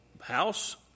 house